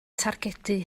targedu